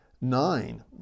nine